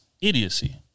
idiocy